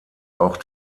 auch